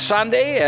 Sunday